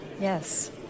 Yes